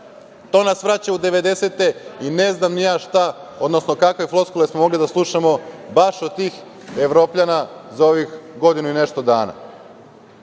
to nas vraća u devedesete i ne znam ni ja šta, odnosno kakve floskule smo mogli da slušamo baš od tih Evropljana za ovih godinu i nešto